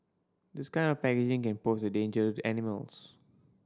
this kind of packaging can pose a danger to animals